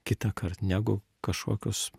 kitąkart negu kažkokius